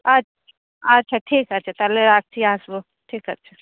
আচ্ছা আচ্ছা ঠিক আছে তাহলে রাত্রে আসবো ঠিক আছে